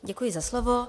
Děkuji za slovo.